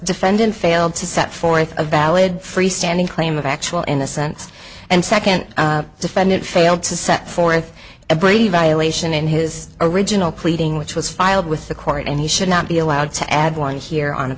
defendant failed to set forth a valid freestanding claim of actual innocence and second defendant failed to set forth a brady violation in his original pleading which was filed with the court and he should not be allowed to add one here on a